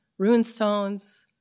runestones